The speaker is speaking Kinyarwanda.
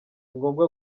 ngombwa